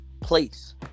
place